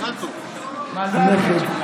הנכד.